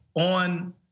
on